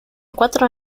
cuatro